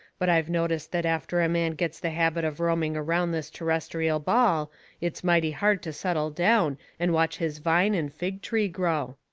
but i've noticed that after a man gets the habit of roaming around this terrestial ball it's mighty hard to settle down and watch his vine and fig tree grow.